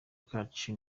kacu